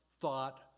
thought